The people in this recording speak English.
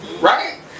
Right